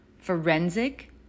Forensic